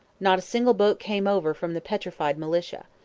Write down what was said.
not a single boat came over from the petrified militia.